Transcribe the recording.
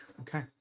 okay